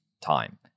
time